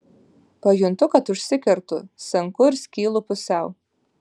pajuntu kad užsikertu senku ir skylu pusiau